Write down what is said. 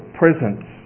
presence